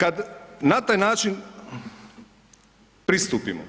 Kad na taj način pristupimo